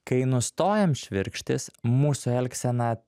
kai nustojam švirkštis mūsų elgsena